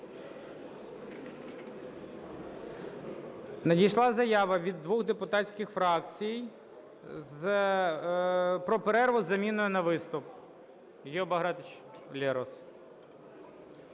Надійшла заява від двох депутатських фракцій про перерву з заміною на виступ. Гео Багратович Лерос.